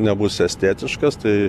nebus estetiškas tai